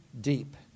deep